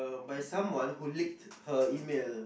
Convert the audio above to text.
by someone who leaked her email